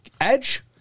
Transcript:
Edge